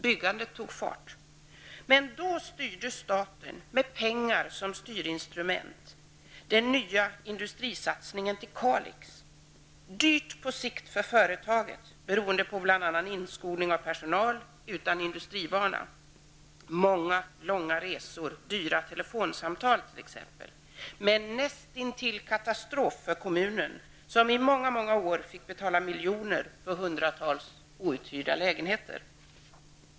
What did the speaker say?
Byggandet tog fart. Då styrde staten med pengar som styrinstrument den nya industrisatsningen till Kalix, dyrt på sikt för företaget beroende på bl.a. inskolning av personal utan industrivana, många och långa resor och dyra telefonsamtal -- näst intill katastrof för kommunen, som i många, många år fick betala miljoner för hundratals outhyrda lägenheter.